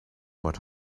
what